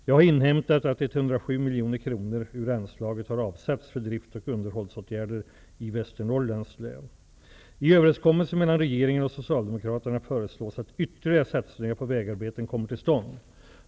Jag har inhämtat att 107 miljoner kronor ur anslaget har avsatts för drift och underhållsåtgärder i Socialdemokraterna föreslås att ytterligare satsningar på vägarbeten kommer till stånd.